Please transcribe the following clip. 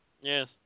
Yes